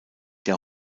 der